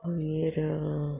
मागीर